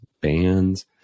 bands